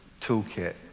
toolkit